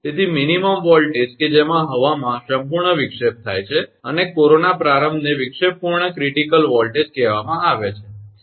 તેથી લઘુત્તમ વોલ્ટેજ કે જેમાં હવામાં સંપૂર્ણ વિક્ષેપ થાય છે અને કોરોના પ્રારંભને વિક્ષેપપૂર્ણ ક્રિટિકલ વોલ્ટેજ કહેવામાં આવે છે બરાબર